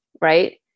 right